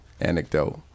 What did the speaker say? anecdote